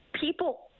people